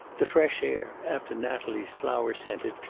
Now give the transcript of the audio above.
the fresh air, after natalie's flower-scented,